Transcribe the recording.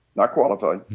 not qualified.